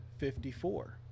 54